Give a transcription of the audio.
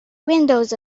windows